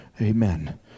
Amen